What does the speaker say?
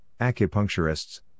acupuncturists